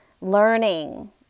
learning